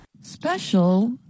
Special